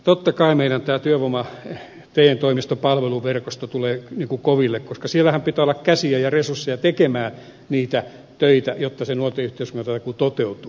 totta kai meidän työvoima te toimistopalveluverkostomme joutuu koville koska siellähän pitää olla käsiä ja resursseja tehdä niitä töitä jotta se nuorten yhteiskuntatakuu toteutuu